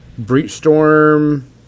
Breachstorm